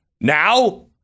Now